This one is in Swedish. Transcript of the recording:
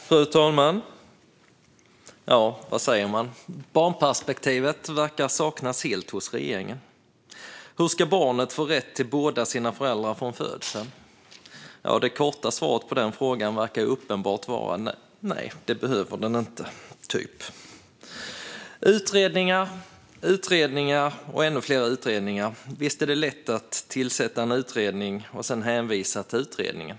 Fru talman! Ja, vad säger man? Barnperspektivet verkar saknas helt hos regeringen. Hur ska barnet få rätt till båda sina föräldrar från födseln? Ja, det korta svaret på den frågan verkar vara: Det behövs inte. Det är utredningar, utredningar och ännu fler utredningar. Visst är det lätt att tillsätta en utredning och sedan hänvisa till utredningen.